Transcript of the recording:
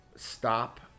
stop